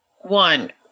one